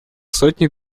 сотни